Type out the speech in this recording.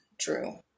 True